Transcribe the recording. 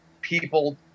people